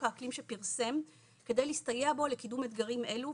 האקלים שפרסם כדי להסתייע בו לקידום אתגרים אלו,